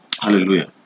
hallelujah